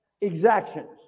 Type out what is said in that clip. Exactions